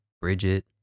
Bridget